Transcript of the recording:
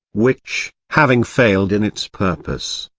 which, having failed in its purpose,